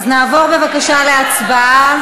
נעבור, בבקשה, להצבעה.